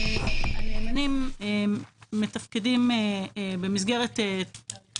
הנאמנים מתפקדים במסגרת תהליכי